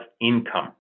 income